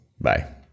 Bye